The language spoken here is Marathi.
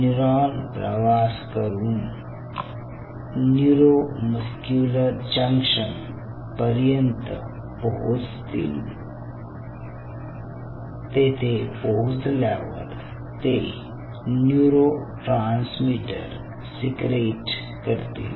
न्यूरॉन प्रवास करून न्यूरो मस्क्युलर जंक्शन पर्यंत पोहोचतील तेथे पोहोचल्यावर ते न्यूरोट्रांसमीटर सिक्रेट करतील